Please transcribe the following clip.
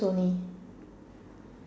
to me